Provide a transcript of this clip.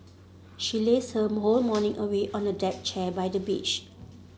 she lazed her whole morning away on a deck chair by the beach